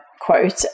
quote